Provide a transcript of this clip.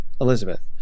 Elizabeth